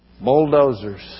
Bulldozers